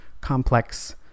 complex